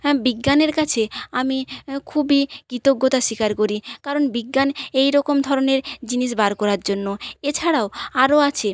হ্যাঁ বিজ্ঞানের কাছে আমি খুবই কৃতজ্ঞতা স্বীকার করি কারণ বিজ্ঞান এই রকম ধরনের জিনিস বার করার জন্য এছাড়াও আরো আছে